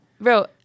bro